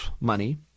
money